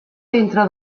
dintre